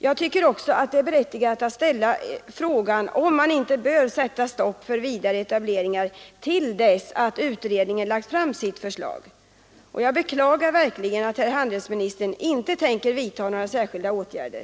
Jag tycker också att det är berättigat att ställa frågan om man inte bör sätta stopp för vidare etableringar till dess utredningen 'lagt fram sitt förslag. Jag beklagar verkligen att herr handelsministern inte tänker vidta några särskilda åtgärder.